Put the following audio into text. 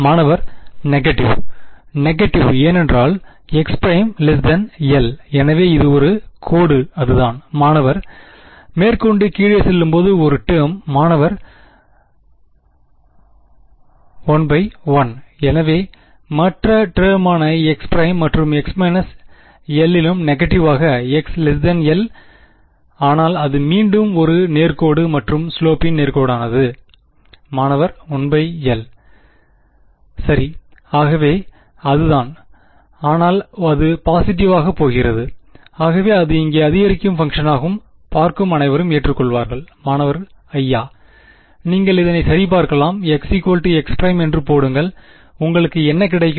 மாணவர் negative negative ஏனென்றால் x′ l எனவே இது ஒரு கோடு அதுதான் மாணவர் மேற்கொண்டு கீழே செல்லும்போது ஒரு டேர்ம் மாணவர் 1 பை 1 எனவே மற்ற டெர்மான x′ மற்றும் x l லும் நெகடிவாகும் x l ஆனால் அது மீண்டும் ஒரு நேர் கோடு மற்றும் ஸ்லோபின் நேர்கோடானது மாணவர் l 1 சரி ஆகவே அதுதான் ஆனால் அது பாஸிட்டிவாகப்போகிறது ஆகவே அது இங்கே ஒரு அதிகரிக்கும் பங்க்ஷன்னாகும் பார்க்கும் அனைவரும் ஏற்றுக்கொள்வீர்கள் மாணவர்அய்யா நீங்கள் இதனை சரி பார்க்கலாம் x x′ என்று போடுங்கள் உங்களுக்கு என்ன கிடைக்கும்